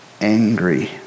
angry